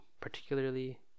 particularly